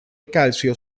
calcio